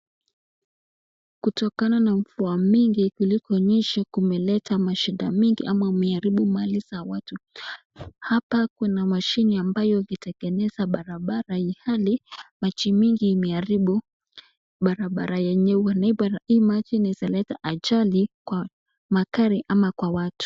Kutokana na mvua mingi kilikonyesha kumeleta mashida mingi ama umeharibu mali za watu. Hapa kuna mashini ambayo ilitengeneza barabara ilhali maji mingi imeharibu barabara yenyewe, na hiii maji inaeza leta ajali kwa magari ama kwa watu.